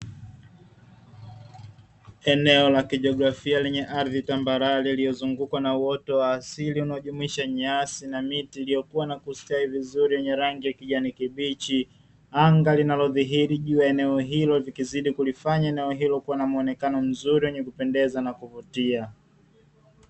Eneo la kijaografia lenye ardhi tambarare iliyozungukwa na uoto wa asili unajumuisha nyasi na miti iliyokuwa na kustawi vizuri yenye rangi ya kijani kibichi, anga linalodhihiri juu ya eneo hilo vikizidi kulifanya nao hilo kuwa na muonekano mzuri wenye kupendeza na kuvutia.